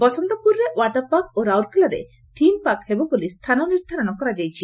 ବସନ୍ତପୁରରେ water park ଓ ରାଉରକେଲାରେ theme park ହେବ ବୋଲି ସ୍ଥାନ ନିର୍କ୍କାରଣ କରାଯାଇଛି